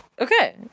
Okay